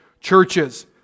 churches